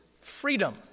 freedom